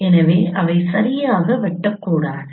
எனவே அவை சரியாக வெட்டக்கூடாது